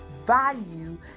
Value